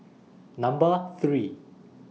Number three